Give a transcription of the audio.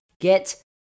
get